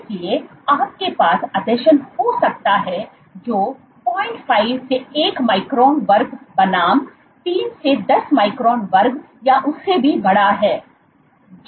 इसलिए आपके पास आसंजन हो सकता है जो 05 से 1 माइक्रोन वर्ग बनाम 3 से 10 माइक्रोन वर्ग या उससे भी बड़ा है